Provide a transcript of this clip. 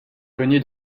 cogné